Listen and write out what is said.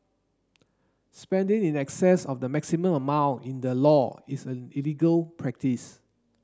spending in excess of the maximum amount in the law is an illegal practice